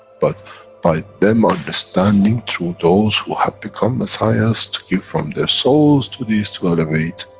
but by them understanding through those who have become messiahs to give from their souls to these to elevate.